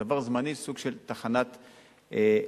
דבר זמני, סוג של תחנת מעבר.